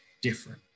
different